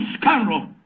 scoundrel